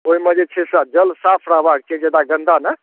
ओहिमे जे छै से जल साफ रहबाक छै ज्यादा गन्दा नहि